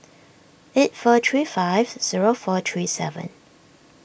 eight four three five zero four three seven